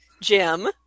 Jim